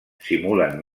simulen